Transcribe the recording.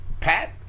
Pat